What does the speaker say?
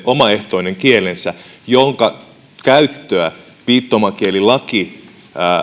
omaehtoinen kielensä jonka käyttöä viittomakielilaki